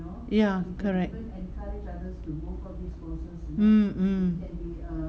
ya correct mm mm